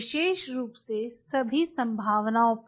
विशेष रूप से सभी संभावनाओं पर